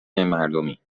مردمی